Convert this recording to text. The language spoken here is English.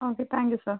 okay thank you sir